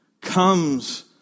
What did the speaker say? comes